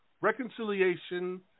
reconciliation